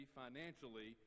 financially